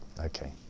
Okay